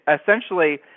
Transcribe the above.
essentially –